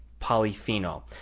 polyphenol